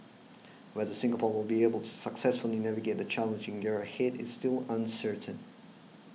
whether Singapore will be able to successfully navigate the challenging year ahead is still uncertain